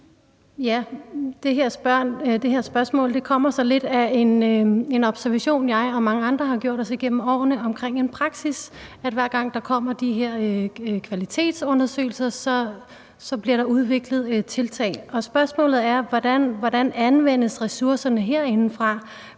Det her spørgsmål kommer lidt af en observation, som jeg og mange andre har gjort os igennem årene, om en praksis, hvor der, hver gang der kommer de her kvalitetsundersøgelser, bliver udviklet tiltag. Spørgsmålet er, hvordan ressourcerne anvendes